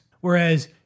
whereas